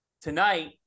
tonight